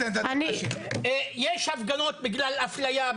יש הפגנות בגלל הפליה,